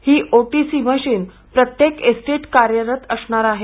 ही O T C machine प्रत्येक एसटीत कार्यरत असणार आहे